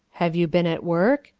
have you been at work?